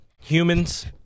humans